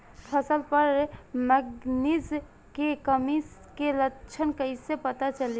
फसल पर मैगनीज के कमी के लक्षण कईसे पता चली?